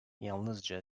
yalnızca